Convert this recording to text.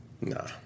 Nah